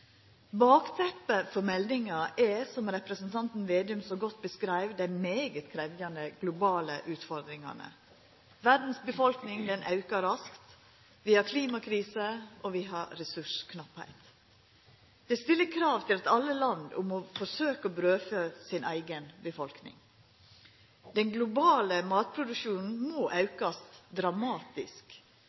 Bakteppet for meldinga er, som representanten Slagsvold Vedum så godt beskreiv, dei svært krevjande globale utfordringane. Verdas befolkning aukar raskt, vi har klimakrise, og vi har ressursknappleik. Det stiller krav til alle land om å forsøkja å brødfø si eiga befolkning. Den globale matproduksjonen må aukast dramatisk,